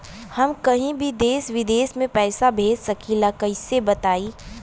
हम कहीं भी देश विदेश में पैसा भेज सकीला कईसे बताई?